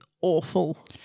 awful